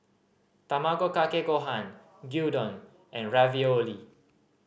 Tamago Kake Gohan Gyudon and Ravioli